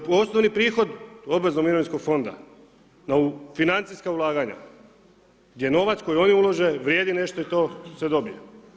Znači to je osnovni prihod obveznog mirovinskog fonda na financijska ulaganja gdje novac koji oni ulože vrijedi nešto i to se dobije.